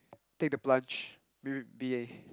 take the plunge b~ b~ be a~